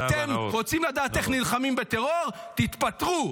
אתם רוצים לדעת איך נלחמים בטרור, תתפטרו.